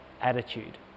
attitude